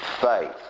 Faith